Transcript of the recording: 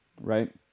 right